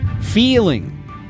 feeling